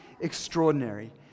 extraordinary